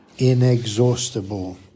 inexhaustible